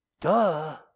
duh